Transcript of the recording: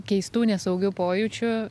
keistų nesaugių pojūčių